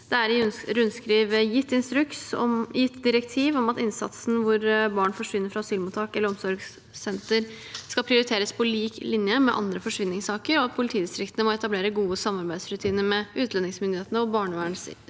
Det er i rundskriv gitt direktiv om at innsatsen hvor barn forsvinner fra asylmottak eller omsorgssenter, skal prioriteres på lik linje med andre forsvinningssaker, og at politidistriktene må etablere gode samarbeidsrutiner med utlendingsmyndighetene og barnevernstjenesten